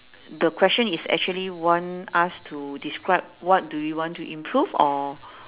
the question is actually want us to describe what do you want to improve or